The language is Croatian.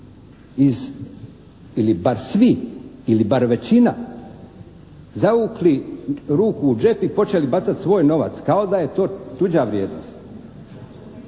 iz ili bar svi ili bar većina zavukli ruku u džep i počeli bacati svoj novac kao da je to tuđa vrijednost.